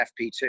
FP2